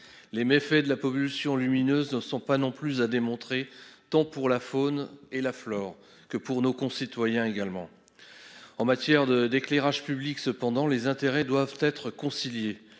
les méfaits de la pollution lumineuse ne sont pas non plus à démontrer tant pour la faune et la flore que pour nos concitoyens également. En matière de d'éclairage public cependant les intérêts doivent être concilié